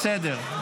בסדר,